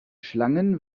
schlangen